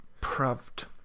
proved